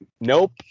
Nope